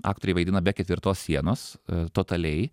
aktoriai vaidina be ketvirtos sienos totaliai